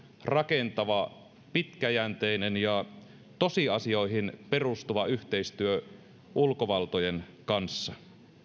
rakentava pitkäjänteinen ja tosiasioihin perustuva yhteistyö ulkovaltojen kanssa